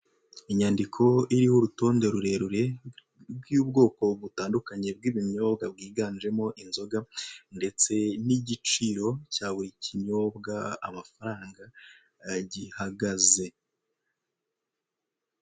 Inyandiko iriho urutonde rurerure bw'ubwoko butandukanye bw'ibinyobwa bwiganjemo inzoga ndetse n'igiciro cyaburi kinyobwa amafaranga gihagaze.